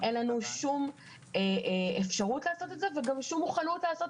אין לנו שום אפשרות לעשות את זה וגם שום מוכנות לעשות